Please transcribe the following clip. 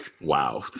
Wow